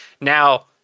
Now